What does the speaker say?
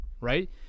Right